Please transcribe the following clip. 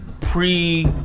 pre